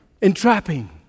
Entrapping